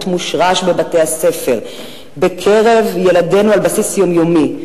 מושרש בבתי-הספר בקרב ילדינו על בסיס יומיומי.